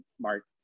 mark